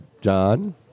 John